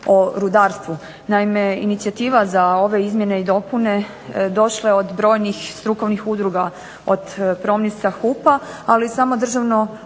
o rudarstvu. Naime, inicijativa za ove izmjene i dopune došla je od brojnih strukovnih udruga, od … /Govornica se ne razumije./…